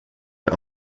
der